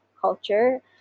culture